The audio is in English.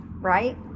right